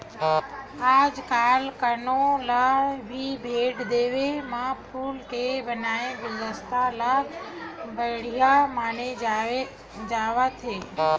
आजकाल कोनो ल भी भेट देय म फूल के बनाए गुलदस्ता ल बड़िहा माने जावत हे